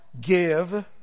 give